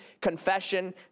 confession